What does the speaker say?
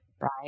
Right